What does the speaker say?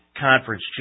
conference